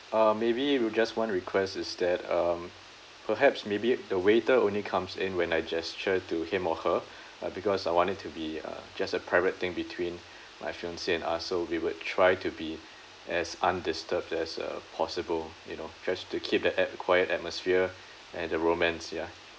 um maybe we just one request is that um perhaps maybe the waiter only comes in when I gesture to him or her uh because I want it to be a just a private thing between my fiancee and us so we would try to be as undisturbed as uh possible you know just to keep the atm~ quiet atmosphere and the romance ya